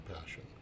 passion